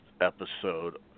episode